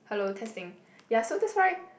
hello testing ya so that's why